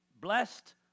blessed